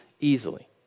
easily